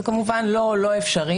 זה כמובן לא אפשרי,